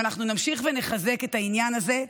אנחנו נמשיך ונחזק את העניין הזה,